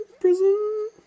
prison